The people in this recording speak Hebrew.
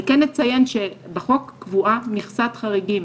אני כן אציין שבחוק קבועה מכסת חריגים,